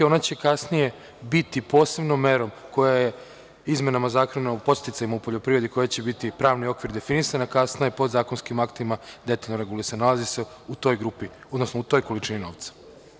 Ona će kasnije biti posebnom merom, koja je izmenama zakona o podsticajima u poljoprivredi koja će biti pravnim okvirom definisana, kasnije pravnim podzakonskim aktima detaljno regulisana, nalazi se u toj grupi, odnosno u toj količini novca.